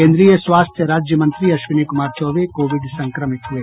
केन्द्रीय स्वास्थ्य राज्य मंत्री अश्विनी कुमार चौबे कोविड संक्रमित हुये